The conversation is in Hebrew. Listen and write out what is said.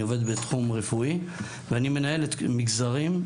אני עובד בתחום רפואי ואני מנהל מגזרים,